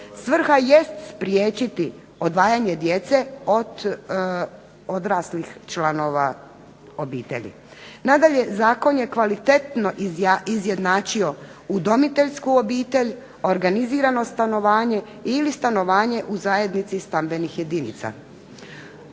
Svrha jest spriječiti odvajanje djece od odraslih članova obitelji. Nadalje Zakon je kvalitetno izjednačio udomiteljsku obitelj, organizirano stanovanje ili stanovanje u zajednici stambenih jedinica.